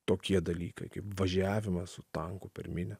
tokie dalykai kaip važiavimas su tanku per minią